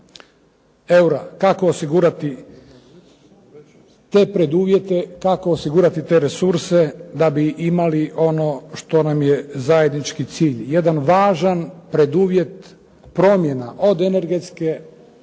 eura, kako osigurati te preduvjete, kako osigurati te resurse da bi imali ono što je zajednički cilj. Jedan važan preduvjet promjena od Energetske